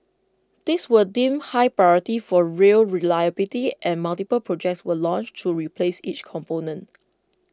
these were deemed high priority for rail reliability and multiple projects were launched to replace each component